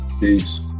Peace